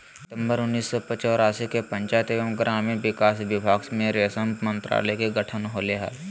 सितंबर उन्नीस सो चौरासी के पंचायत एवम ग्रामीण विकास विभाग मे रेशम मंत्रालय के गठन होले हल,